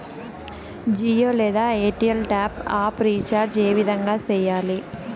జియో లేదా Airtel top up recharge ఏ విధంగా సేయాలి